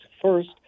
First